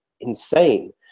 insane